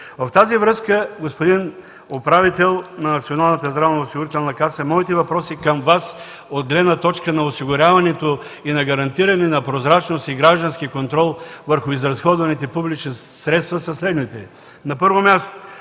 В тази връзка, господин управител на Националната здравноосигурителна каса, моите въпроси към Вас от гледна точка на осигуряването и на гарантирането на прозрачност и граждански контрол върху изразходваните публични средства са следните. На първо място,